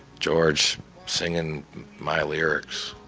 george singing my lyrics